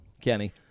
Kenny